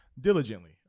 diligently